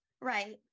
right